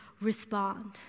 respond